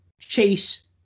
Chase